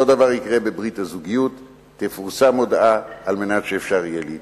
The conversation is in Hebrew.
אותו דבר יקרה בברית הזוגיות: תפורסם הודעה על מנת שיהיה אפשר להתנגד.